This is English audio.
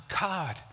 God